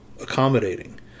accommodating